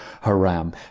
Haram